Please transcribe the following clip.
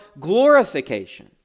glorification